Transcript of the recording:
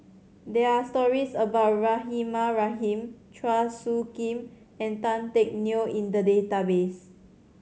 there are stories about Rahimah Rahim Chua Soo Khim and Tan Teck Neo in the database